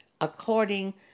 according